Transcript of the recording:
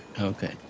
Okay